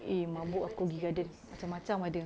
eh mabuk aku pergi Guardian macam-macam ada